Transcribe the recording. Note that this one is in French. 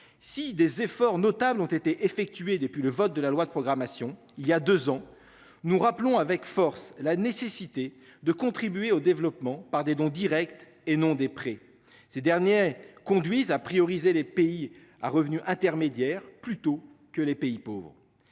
Si des efforts notables ont été effectués depuis le vote de la loi de programmation, il y a 2 ans. Nous rappelons avec force la nécessité de contribuer au développement par des dons Directs et non des prix ces derniers conduisent à prioriser les pays à revenu intermédiaire plutôt que les pays pauvres.